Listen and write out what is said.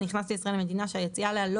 הנכנס לישראל ממדינה שהיציאה אליה לא